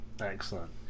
excellent